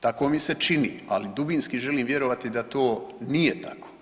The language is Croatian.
Tako mi se čini, ali dubinski želim vjerovati da to nije tako.